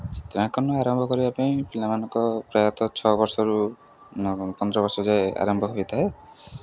ଚିତ୍ରାଙ୍କନ ଆରମ୍ଭ କରିବା ପାଇଁ ପିଲାମାନଙ୍କ ପ୍ରାୟତଃ ଛଅ ବର୍ଷରୁ ପନ୍ଦର ବର୍ଷ ଯାଏ ଆରମ୍ଭ ହୋଇଥାଏ